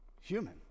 human